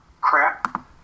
Crap